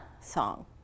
song